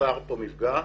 שנוצר כאן מפגע,